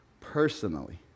personally